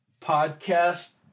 Podcast